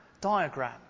diagram